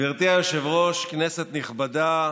גברתי היושבת-ראש, כנסת נכבדה,